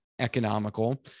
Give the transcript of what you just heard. economical